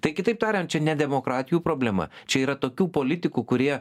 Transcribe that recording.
tai kitaip tariant čia ne demokratijų problema čia yra tokių politikų kurie